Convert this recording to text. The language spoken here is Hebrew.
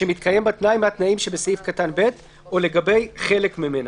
שמתקיים בה תנאי מהתנאים שבסעיף קטן (ב) או לגבי חלק ממנה.